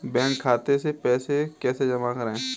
Bank खाते से पैसे को कैसे जमा करें?